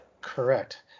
Correct